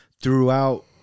throughout